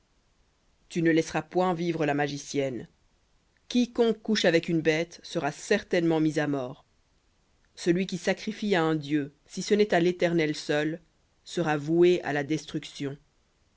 tu ne laisseras point vivre la magicienne quiconque couche avec une bête sera certainement mis à mort celui qui sacrifie à un dieu si ce n'est à l'éternel seul sera voué à la destruction